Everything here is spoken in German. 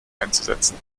einzusetzen